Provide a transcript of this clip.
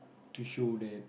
to show that